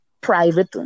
Private